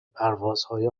پروازهای